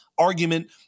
argument